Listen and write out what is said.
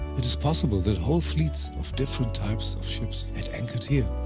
it is possible that whole fleets of different types of ships had anchored here,